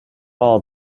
all